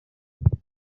mutwe